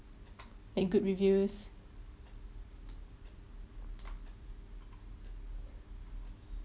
and good reviews